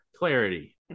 Clarity